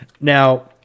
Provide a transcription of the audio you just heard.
Now